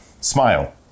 Smile